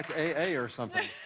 a a. or something.